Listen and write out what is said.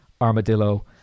Armadillo